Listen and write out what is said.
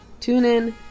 TuneIn